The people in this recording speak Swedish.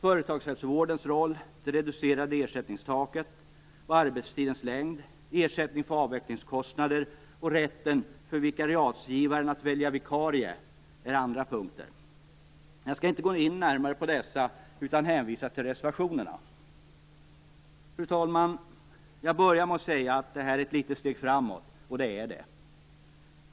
Företagshälsovårdens roll, det reducerade ersättningtaket och arbetstiden längd, ersättning för avvecklingskostnader och rätten för vikariatsgivaren att välja vikarie är andra punkter. Jag skall inte gå in närmare på dessa, utan jag hänvisar till reservationerna. Fru talman! Jag började med att säga att detta är ett litet steg framåt, och det är det.